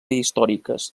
històriques